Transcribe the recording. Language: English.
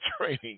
training